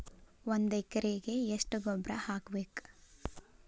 ಒಂದ್ ಎಕರೆಗೆ ಎಷ್ಟ ಗೊಬ್ಬರ ಹಾಕ್ಬೇಕ್?